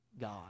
God